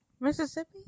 Mississippi